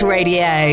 Radio